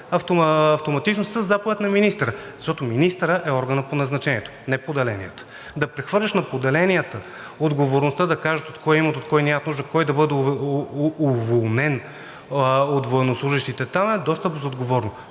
автоматично със заповед на министъра, защото министърът е органът по назначението, не поделенията. Да прехвърляш на поделенията отговорността да кажат от кой имат, от кой нямат нужда, кой да бъде уволнен от военнослужещите там, е доста безотговорно.